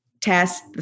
test